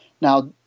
Now